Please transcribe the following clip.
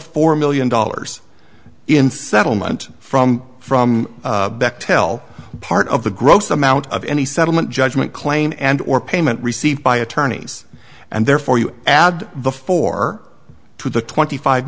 four million dollars in settlement from from bechtel part of the gross amount of any settlement judgment claim and or payment received by attorneys and therefore you add the four to the twenty five